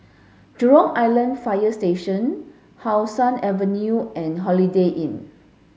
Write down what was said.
Jurong Island Fire Station How Sun Avenue and Holiday Inn